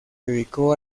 dedicó